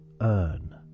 earn